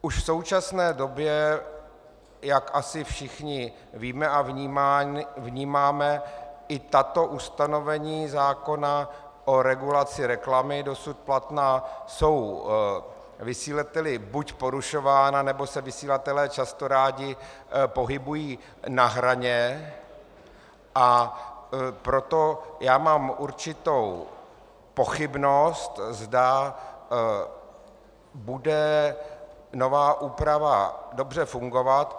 Už v současné době, jak asi všichni víme a vnímáme, i tato ustanovení zákona o regulaci reklamy dosud platná jsou vysílateli buď porušována, nebo se vysílatelé často rádi pohybují na hraně, a proto mám určitou pochybnost, zda bude nová úprava dobře fungovat.